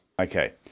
Okay